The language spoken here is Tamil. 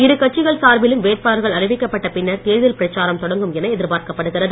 இருகட்சிகள் சார்பிலும் வேட்பாளர்கள் அறிவிக்கப்பட்ட பின்னர் தேர்தல் பிரச்சாரம் தொடங்கும் என எதிர்பார்க்கப்படுகிறது